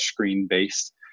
touchscreen-based